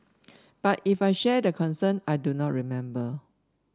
but if I shared concern I do not remember